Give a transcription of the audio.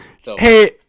Hey